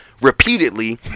repeatedly